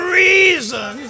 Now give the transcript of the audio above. reason